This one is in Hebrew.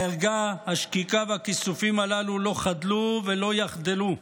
הערגה, השקיקה והכיסופים הללו לא חדלו ולא יחדלו,